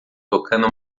tocando